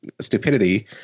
stupidity